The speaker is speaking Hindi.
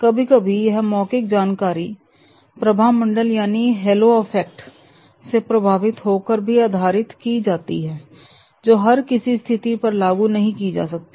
कभी कभी यह मौखिक जानकारी प्रभामंडल यानी हेलो अफेक्ट से प्रभावित होकर भी आधारित की जाती है जो हर किसी स्थिति पर लागू नहीं की जा सकती